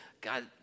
God